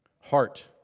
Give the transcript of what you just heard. Heart